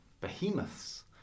behemoths